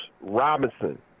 Robinson